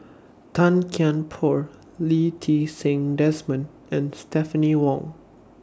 Tan Kian Por Lee Ti Seng Desmond and Stephanie Wong